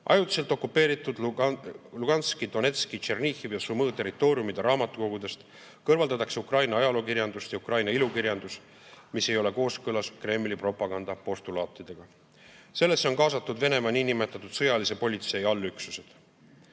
rahvus. Ajutiselt okupeeritud Luhanski, Donetski, Tšernihivi ja Sumõ territooriumide raamatukogudest kõrvaldatakse Ukraina ajalookirjandust ja Ukraina ilukirjandust, mis ei ole kooskõlas Kremli propaganda postulaatidega. Sellesse on kaasatud Venemaa niinimetatud sõjalise politsei allüksused.